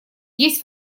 есть